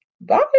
bye